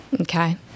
Okay